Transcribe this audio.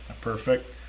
Perfect